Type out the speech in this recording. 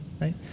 right